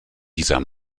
dieser